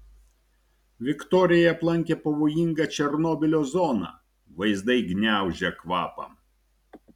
viktorija aplankė pavojingą černobylio zoną vaizdai gniaužia kvapą